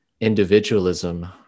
individualism